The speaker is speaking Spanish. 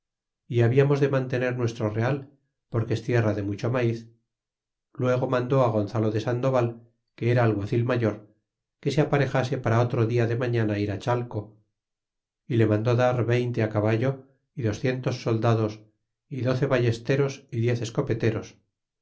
y hablamos de mantener nuestro real porque es tierra de mucho maiz luego mandó á gonzalo de sandoval que era alguacil mayor que se aparejase para otro dia de mañana ir á chalco y le mandó dar veinte á caballo y docientos soldados y doce vallesteros y diez escopeteros